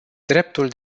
dreptul